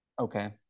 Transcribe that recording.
okay